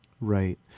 Right